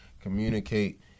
communicate